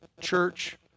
church